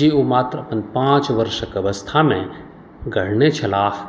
जे ओ मात्र पाँच वर्षक अवस्थामे गढ़ने छलाह